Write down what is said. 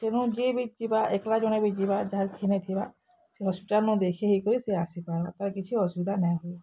ଏନୁ ଯିଏ ବି ଯିବା ଏକ୍ଲା ଜଣେ ବି ଯିବା ଯାହାର୍ ଖେଈ ନାଇଁ ଥିବା ସେ ହସ୍ପିଟାଲ୍ ନୁ ଦେଖାଇ ହେଇକରି ଆସିପାର୍ବା ତାର୍ କିଛି ଅସୁବିଧା ନାଇଁହଏ